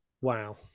Wow